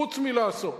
חוץ מלעשות.